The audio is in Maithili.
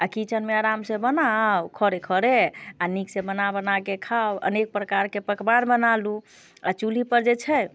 आ किचेनमे आरामसँ बनाउ खड़े खड़े आ नीकसँ बना बना कऽ खाउ अनेक प्रकारके पकवान बना लू आ चूल्हीपर जे छै